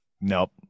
Nope